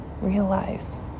realize